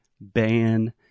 ban